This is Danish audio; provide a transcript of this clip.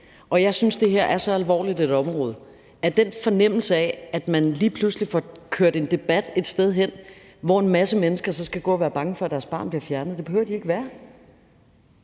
Jeg synes, det her er så alvorligt et område, men der er en fornemmelse af, at man lige pludselig får kørt en debat et sted hen, hvor en masse mennesker så skal gå og være bange for, at deres barn bliver fjernet, men det behøver de ikke at være;